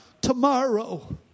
Tomorrow